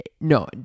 No